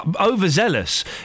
overzealous